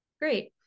Great